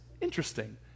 Interesting